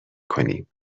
کنیم